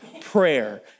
Prayer